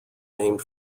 named